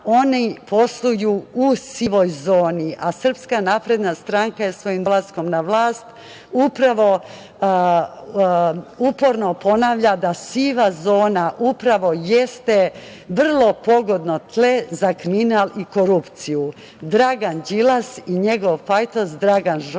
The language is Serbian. oni posluju u sivoj zoni, a SNS je svojim dolaskom na vlast uporno ponavlja da siva zona upravo jeste vrlo pogodno tle za kriminal i korupciju. Dragan Đilas i njegov pajtos Šolak jesu